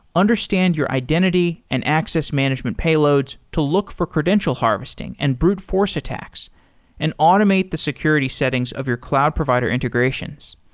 understand your identity and access management payloads to look for credential harvesting and brute force attacks and automate the security settings of your cloud provider integrations.